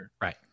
Right